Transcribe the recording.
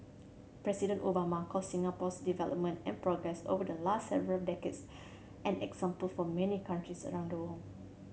President Obama called Singapore's development and progress over the last several decades an example for many countries around the world